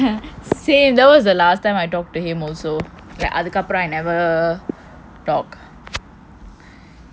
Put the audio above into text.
same that was the last time I talked to him also